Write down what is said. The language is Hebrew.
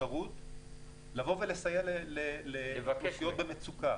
אפשרות לסייע לאוכלוסיות במצוקה.